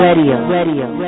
radio